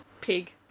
Pig